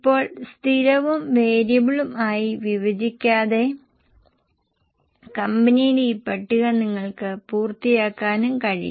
ഇപ്പോൾ സ്ഥിരവും വേരിയബിളും ആയി വിഭജിക്കാതെ കമ്പനിയുടെ ഈ പട്ടിക നിങ്ങൾക്ക് പൂർത്തിയാക്കാനും കഴിയും